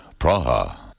Praha